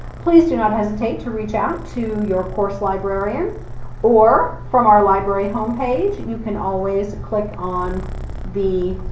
please do not hesitate to reach out to your course librarian or from our library homepage, you can always click on the